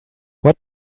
what